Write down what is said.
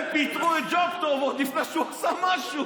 הם פיטרו את ג'וב טוב עוד לפני שהוא עשה משהו.